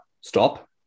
stop